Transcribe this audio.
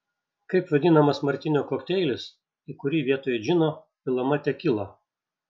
kaip vadinamas martinio kokteilis į kurį vietoj džino pilama tekila